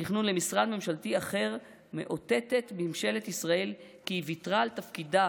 למשרד ממשלתי אחר מאותתת ממשלת ישראל כי היא ויתרה על תפקידיה